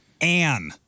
Anne